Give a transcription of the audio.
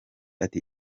ati